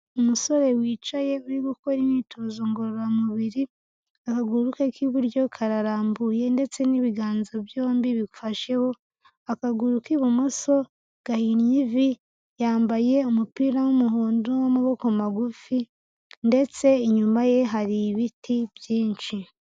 Umusore wicaye uri gukora imyitozo ngororamubiri akaguruke k'iburyo kararambuye ndetse n'ibiganza byombi bifasheho, akaguru k'ibumoso gahinnye yambaye umupira w'umuhondo w'amaboko magufi ndetse inyuma ye hari ibiti byinshi.